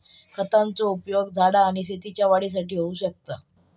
खतांचो उपयोग झाडा आणि शेतीच्या वाढीसाठी होऊ शकता